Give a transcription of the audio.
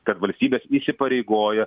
kad valstybės įsipareigoja